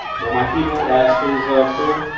well, my people asked his crew.